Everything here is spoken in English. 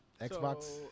Xbox